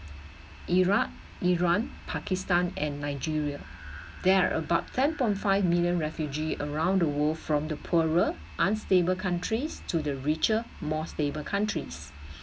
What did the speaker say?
iraq iran pakistan and nigeria there are about ten point five million refugee around the world from the poorer unstable countries to the richer more stable countries